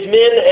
men